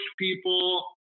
people